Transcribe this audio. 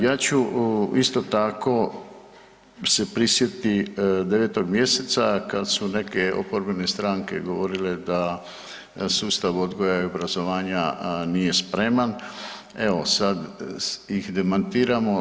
Ja ću isto tako se prisjetiti 9. mjeseca kad su neke oporbene stranke govorile da sustav odgoja i obrazovanja nije spreman, evo sad ih demantiramo.